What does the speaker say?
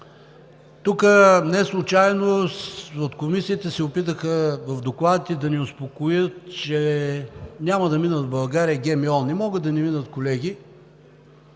Неслучайно комисиите се опитаха с докладите да ни успокоят, че няма да минат в България ГМО. Не могат да не минат, колеги,